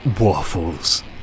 waffles